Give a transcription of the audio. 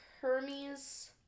Hermes